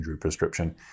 prescription